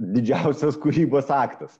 didžiausias kūrybos aktas